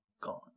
gone